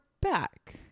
back